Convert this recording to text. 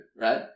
right